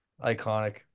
iconic